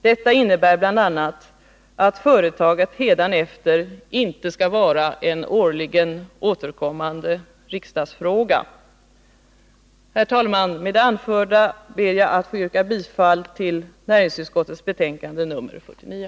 Det innebär bl.a. att företaget hädanefter inte skall vara en årligen återkommande riksdagsfråga. Herr talman! Med det anförda ber jag att få yrka bifall till näringsutskottets hemställan i betänkande 49.